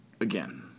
again